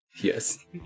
Yes